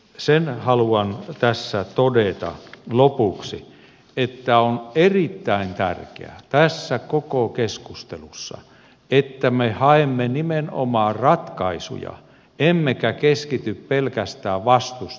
sen haluan tässä todeta lopuksi että on erittäin tärkeää tässä koko keskustelussa että me haemme nimenomaan ratkaisuja emmekä keskity pelkästään vastustamiseen